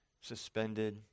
suspended